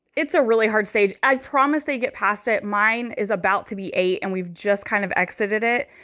it's a really hard stage. i promise they get past it. mine is about to be eight and we've just kind of exited it.